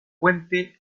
puente